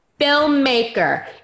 filmmaker